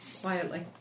Quietly